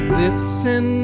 listen